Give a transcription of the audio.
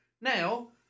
Now